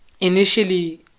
initially